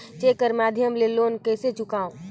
Cheque के माध्यम ले लोन कइसे चुकांव?